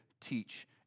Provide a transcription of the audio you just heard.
teach